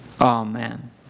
Amen